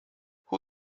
who